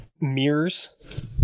mirrors